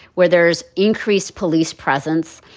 where there's increased police presence,